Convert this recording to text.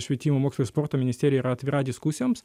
švietimo mokslo ir sporto ministerija yra atvira diskusijoms